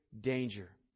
danger